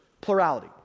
Plurality